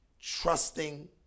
trusting